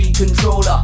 controller